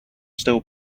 still